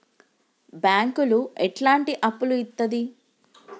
బ్యాంకులు ఎట్లాంటి అప్పులు ఇత్తది?